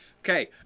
Okay